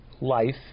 life